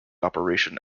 operation